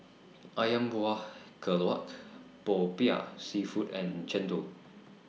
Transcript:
Ayam Buah Keluak Popiah Seafood and Chendol